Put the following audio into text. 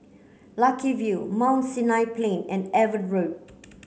Lucky View Mount Sinai Plain and Avon Road